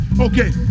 Okay